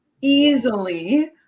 easily